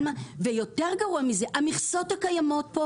גרוע מזה, המכסות הקיימות,